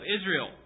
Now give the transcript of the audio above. Israel